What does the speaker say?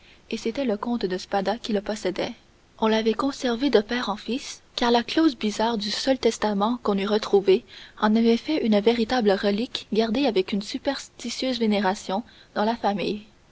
et c'était le comte de spada qui le possédait on l'avait conservé de père en fils car la clause bizarre du seul testament qu'on eût retrouvé en avait fait une véritable relique gardée avec une superstitieuse vénération dans la famille